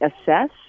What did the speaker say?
assess